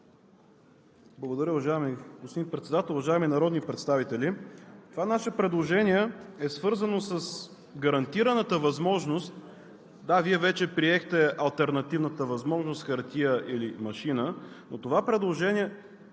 Благодаря. Уважаеми господин Председател, уважаеми народни представители! Това наше предложение е свързано с гарантираната възможност – да, Вие вече приехте алтернативната възможност хартия или машина, но това предложение,